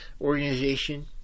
organization